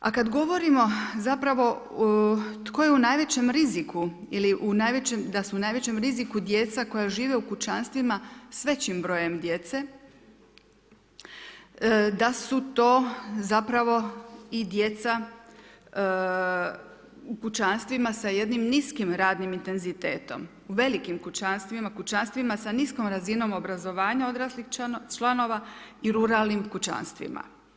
A kad govorimo zapravo tko je u najvećem riziku ili da su najvećem riziku djeca koja žive u kućanstvima s većim brojem djece, da su to zapravo i djeca u kućanstvima sa jednim niskim radnim intenzitetom, u velikim kućanstvima sa niskom razinom obrazovanja odraslih članova i ruralnim kućanstvima.